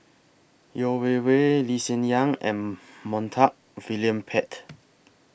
Yeo Wei Wei Lee Hsien Yang and Montague William Pett